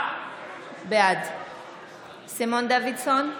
בעד סימון דוידסון,